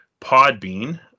Podbean